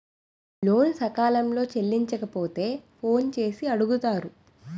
లోను సకాలంలో చెల్లించకపోతే ఫోన్ చేసి అడుగుతారు